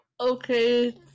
okay